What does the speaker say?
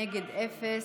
נגד, אפס,